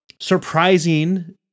surprising